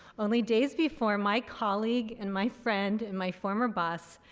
only days before, my colleague and my friend and my former boss,